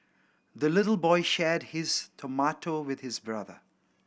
the little boy shared his tomato with his brother